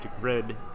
Red